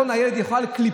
מתוך הכרח,